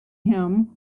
him